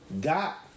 got